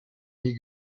nie